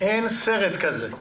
אין סרט כזה.